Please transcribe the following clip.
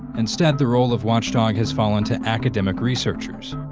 instead, the role of watchdog has fallen to academic researchers.